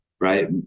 Right